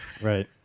Right